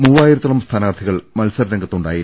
മൂവായിരത്തോളം സ്ഥാനാർത്ഥികൾ മത്സരരംഗത്തുണ്ടായിരുന്നു